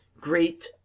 great